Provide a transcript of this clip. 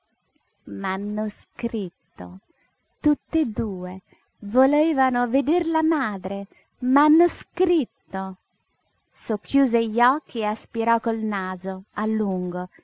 m'hanno scritto tutt'e due volevano veder la madre m'hanno scritto socchiuse gli occhi e aspirò col naso a lungo